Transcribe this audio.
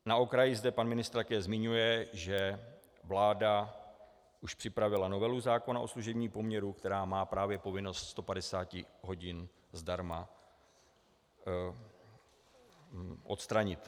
Na okraji zde pan ministr také zmiňuje, že vláda už připravila novelu zákona o služebním poměru, která má právě povinnost 150 hodin zdarma odstranit.